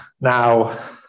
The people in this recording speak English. Now